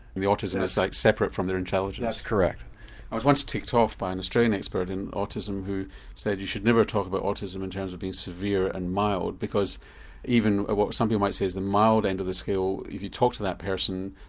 the autism is like separate from their intelligence? that's correct. i was once ticked off by an australian expert in autism who said you should never talk about autism in terms of being severe and mild because even what some people might say is the mild end of the scale, if you talk to that person,